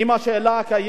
ולכן אני חושב,